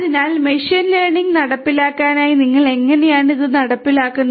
അതിനാൽ machine learning നടപ്പാക്കലിനായി നിങ്ങൾ എങ്ങനെയാണ് ഇവ നടപ്പിലാക്കുന്നത്